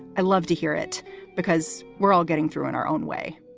i love to hear it because we're all getting through in our own way